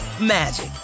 magic